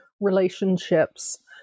relationships